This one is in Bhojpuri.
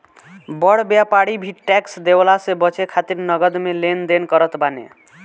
बड़ व्यापारी भी टेक्स देवला से बचे खातिर नगद में लेन देन करत बाने